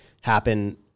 happen